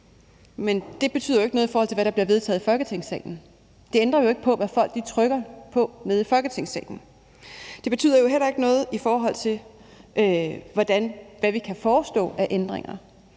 Men det betyder jo ikke noget, i forhold til hvad der bliver vedtaget Folketingssalen. Det ændrer jo ikke på, hvad folk stemmer her i Folketingssalen. Det betyder jo heller ikke noget, i forhold til hvad vi kan foreslå af ændringer.